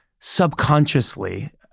subconsciously